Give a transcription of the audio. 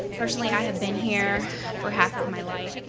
firstly, i have been here for half of my life.